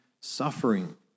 suffering